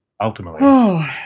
Ultimately